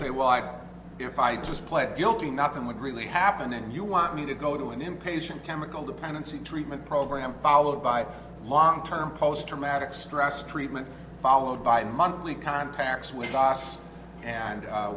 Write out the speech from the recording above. say well i if i just pled guilty nothing would really happen and you want me to go to an inpatient chemical dependency treatment program followed by a long term post traumatic stress treatment followed by monthly contacts with us and